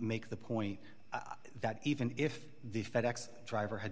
make the point that even if the fed ex driver had